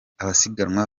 abasiganwa